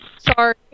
Sorry